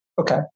okay